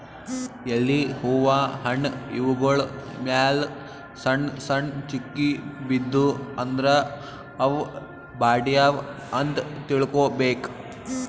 ಎಲಿ ಹೂವಾ ಹಣ್ಣ್ ಇವ್ಗೊಳ್ ಮ್ಯಾಲ್ ಸಣ್ಣ್ ಸಣ್ಣ್ ಚುಕ್ಕಿ ಬಿದ್ದೂ ಅಂದ್ರ ಅವ್ ಬಾಡ್ಯಾವ್ ಅಂತ್ ತಿಳ್ಕೊಬೇಕ್